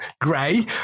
gray